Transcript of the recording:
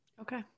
Okay